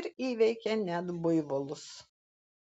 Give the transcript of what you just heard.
ir įveikia net buivolus